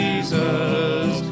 Jesus